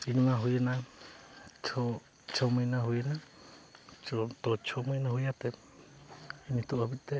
ᱫᱤᱱᱢᱟ ᱦᱩᱭᱮᱱᱟ ᱪᱷᱚ ᱪᱷᱚ ᱢᱟᱹᱭᱱᱟᱹ ᱦᱩᱭᱮᱱᱟ ᱛᱚ ᱪᱷᱚ ᱢᱟᱹᱭᱱᱟᱹ ᱦᱩᱭᱮᱱᱛᱮ ᱱᱤᱛᱚᱜ ᱦᱟᱹᱵᱤᱡᱛᱮ